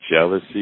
jealousy